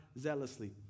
zealously